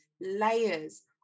layers